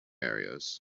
areas